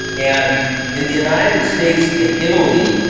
and in the united states and italy,